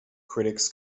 critics